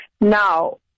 Now